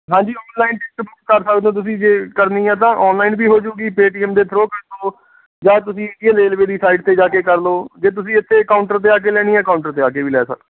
ਹਾਂਜੀ online ticket book ਕਰ ਸਕਦੇ ਹੋ ਤੁਸੀਂ ਜੇ ਕਰਨੀ ਹੈ ਤਾਂ ਔਨਲਾਈਨ ਵੀ ਹੋ ਜਾਊਗੀ ਪੇਟੀਐੱਮ ਦੇ ਥਰੂ ਕਰ ਦਿਓ ਜਾਂ ਤੁਸੀਂ ਇਹਦੀ ਰੇਲਵੇ ਦੀ ਸਾਈਡ 'ਤੇ ਜਾ ਕੇ ਕਰ ਲਓ ਜੇ ਤੁਸੀਂ ਇੱਥੇ ਕਾਊਂਟਰ 'ਤੇ ਆ ਕੇ ਲੈਣੀ ਹੈ ਕਾਊਂਟਰ 'ਤੇ ਆ ਕੇ ਵੀ ਲੈ ਸਕਦੇ